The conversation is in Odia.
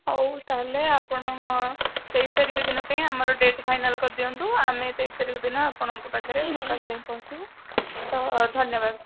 ହଉ ତା'ହେଲେ ଆପଣ ତେଇଶ ତାରିଖ ଦିନ ପାଇଁ ଆମର ଡେଟ୍ ଫାଇନାଲ୍ କରିଦିଅନ୍ତୁ ଆମେ ତେଇଶ ତାରିଖ ଦିନ ଆପଣଙ୍କ ପାଖରେ ସକାଳେ ଯାଇଁ ପହଞ୍ଚିବୁ ତ ଧନ୍ୟବାଦ